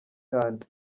cyane